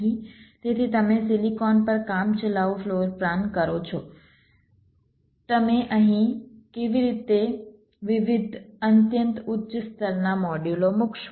તેથી તમે સિલિકોન પર કામચલાઉ ફ્લોર પ્લાન કરો છો તમે અહીં કેવી રીતે વિવિધ અત્યંત ઉચ્ચ સ્તરના મોડ્યુલો મૂકશો